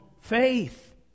faith